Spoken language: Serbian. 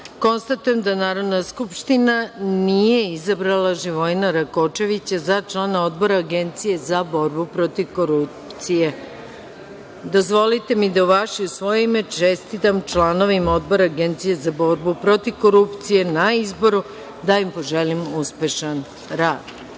poslanika. Konstatujem da Narodna skupština nije izabrala Živojina Rakočevića za člana Odbora Agencije za borbu protiv korupcije. Dozvolite da u vaše i svoje ime čestitam članovima Odbora Agencije za borbu protiv korupcije, na izboru. Da im poželim uspešan